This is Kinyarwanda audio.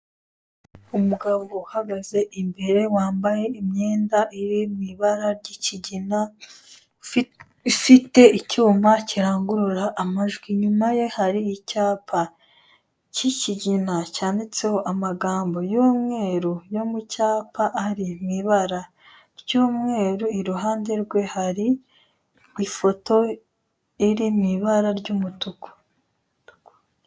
Umugabo uhagaze imbere wambaye imyenda iri mu ibara ry'ikigina, ufite icyuma kirangurura amajwi. Inyuma ye hari icyapa cy'ikigina cyanditseho amagambo y'umweru, yo mu cyapa ari mu ibara ry'umweru. Iruhande rwe hari ifoto iri mu ibara ry'umutuku.